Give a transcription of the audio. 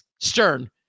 Stern